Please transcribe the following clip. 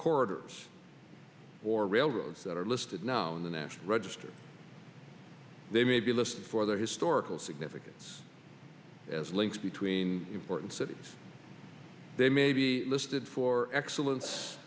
corridors or railroads that are listed now in the national register they may be listed for their historical significance as links between important cities they may be listed for excellence